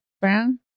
Brown